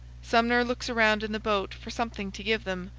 sumner looks around in the boat for something to give them,